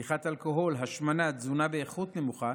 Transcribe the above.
צריכת אלכוהול, השמנה, תזונה באיכות נמוכה,